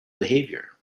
behavior